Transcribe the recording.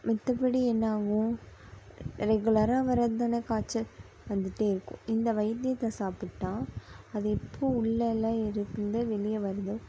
மத்தபடி என்ன ஆகும் ரெகுலராக வர்றது தானே காய்ச்சல் வந்துகிட்டே இருக்கும் இந்த வைத்தியத்தை சாப்பிட்டால் அது எப்போது உள்ளேலாம் இருந்து வெளியே வருதோ